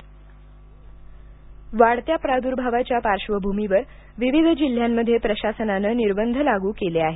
नागप्र टाळेबंदी वाढत्या प्रादुर्भावाच्या पार्श्वभूमीवर विविध जिल्ह्यांमध्ये प्रशासनानं निर्बंध लागू केले आहेत